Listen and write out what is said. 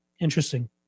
interesting